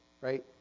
right